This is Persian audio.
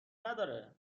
نداره